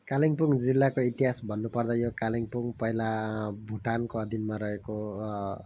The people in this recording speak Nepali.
कालिम्पोङ जिल्लाको इतिहास भन्नपर्दा यो कालिम्पोङ पहिला भुटानको अधीनमा रहेको